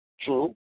true